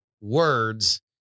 words